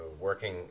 working